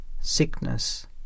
sickness